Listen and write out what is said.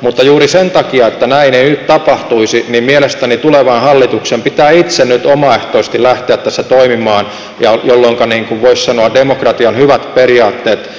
mutta juuri sen takia että näin ei nyt tapahtuisi mielestäni tulevan hallituksen pitää itse nyt omaehtoisesti lähteä tässä toimimaan jolloinka voisi sanoa demokratian hyvät periaatteet